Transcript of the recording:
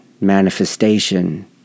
manifestation